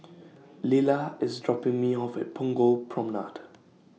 Lilah IS dropping Me off At Punggol Promenade